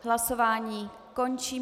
Hlasování končím.